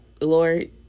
Lord